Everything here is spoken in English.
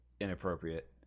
Inappropriate